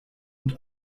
und